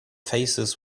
faces